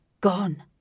gone